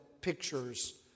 pictures